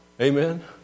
Amen